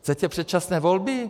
Chcete předčasné volby?